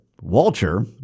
Walter